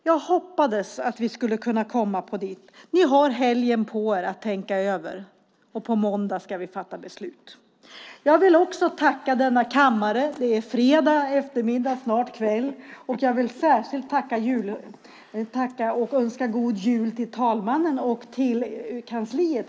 Jag hoppades att vi skulle kunna komma dit. Ni har helgen på er att tänka över det. På måndag ska vi fatta beslut. Jag vill också tacka denna kammare. Det är fredag eftermiddag, snart kväll. Jag vill särskilt tacka talmannen och önska honom och kansliet god jul.